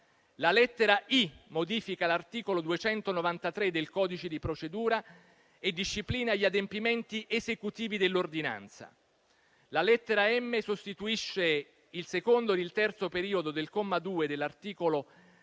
La lettera *i*) modifica l'articolo 293 del codice e disciplina gli adempimenti esecutivi dell'ordinanza. La lettera *m*) sostituisce il secondo il terzo periodo del comma 2 dell'articolo 354